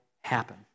happen